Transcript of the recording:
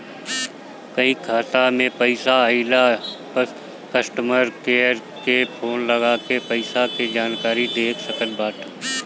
कहीं खाता में पईसा आइला पअ कस्टमर केयर के फोन लगा के पईसा के जानकारी देख सकत बाटअ